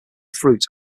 fruit